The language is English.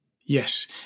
Yes